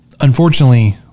Unfortunately